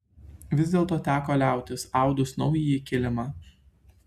vis dėlto teko liautis audus naująjį kilimą